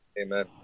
amen